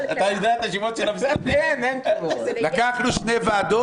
השמות ------ לקחנו שתי ועדות